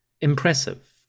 Impressive